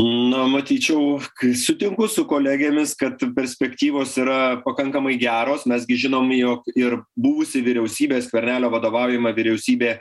na matyčiau kai sutinku su kolegėmis kad perspektyvos yra pakankamai geros mes gi žinom jog ir buvusi vyriausybė skvernelio vadovaujama vyriausybė